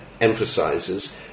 emphasizes